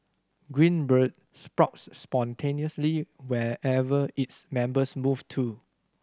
Green Bird sprouts spontaneously wherever its members move to